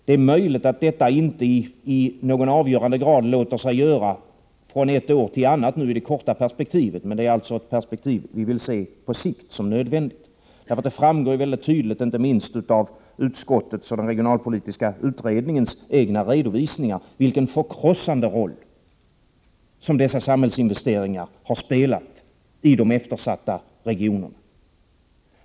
Det är möjligt att detta inte i någon avgörande grad låter sig göra från ett år till ett annat i det korta perspektivet, men vi vill se det som nödvändigt i ett perspektiv på sikt. Det framgår tydligt, inte minst av utskottets och den regionalpolitiska utredningens redovisningar, vilken förkrossande roll som dessa samhällsinvesteringar har spelat i de eftersatta regionerna.